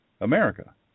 America